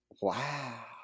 Wow